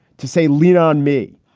to say lean on me,